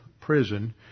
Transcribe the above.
prison